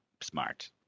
smart